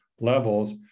levels